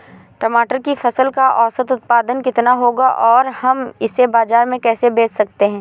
टमाटर की फसल का औसत उत्पादन कितना होगा और हम इसे बाजार में कैसे बेच सकते हैं?